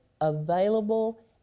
available